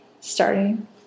starting